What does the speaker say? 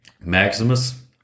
Maximus